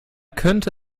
könnte